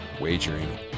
wagering